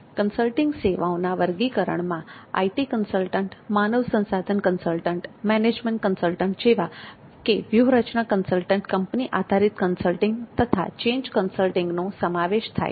consulting સેવાઓના વર્ગીકરણમાં IT consultant માનવ સંસાધન કન્સલ્ટન્ટ મેનેજમેન્ટ કન્સલ્ટન્ટ જેવાકે વ્યૂહરચના કન્સલ્ટિંગ કંપની આધારિત કન્સલ્ટિંગ તથા ચેન્જ કન્સલ્ટિંગનો સમાવેશ થાય છે